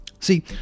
See